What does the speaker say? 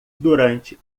durante